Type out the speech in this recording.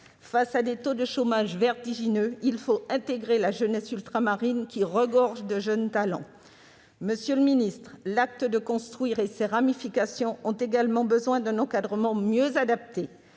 face à des taux de chômage vertigineux, il faut intégrer la jeunesse ultramarine, qui regorge de jeunes talents. Monsieur le ministre, l'acte de construire et ses ramifications ont également besoin d'un encadrement mieux adapté.